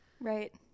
Right